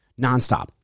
Nonstop